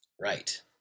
right